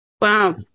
Wow